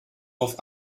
auf